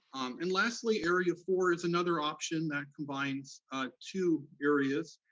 and lastly, area four is another option that combines two areas,